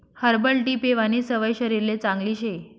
herbal tea पेवानी सवय शरीरले चांगली शे